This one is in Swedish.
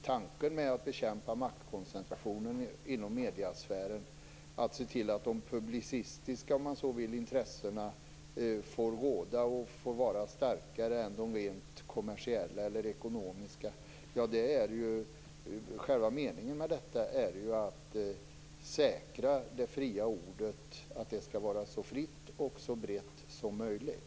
Tanken med att bekämpa maktkoncentrationen inom mediesfären, att se till att de publicistiska intressena får råda och vara starkare än de rent kommersiella eller ekonomiska intressena, är ju att säkra det fria ordet. Det skall vara så fritt och så brett som möjligt.